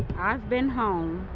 i've been home,